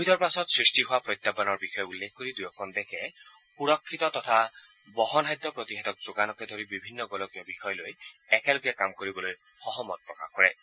ক ভিডৰ পাছত সৃষ্টি হোৱা প্ৰত্যাহ্বানৰ বিষয়ে উল্লেখ কৰি দুয়োখন দেশে সুৰক্ষিত তথা বহনক্ষম প্ৰতিষেধক যোগানকে ধৰি বিভিন্ন গোলকীয় বিষয়ে একগোট হৈ কাম কৰিবলৈ সহমত প্ৰকাশ কৰে